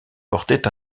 portait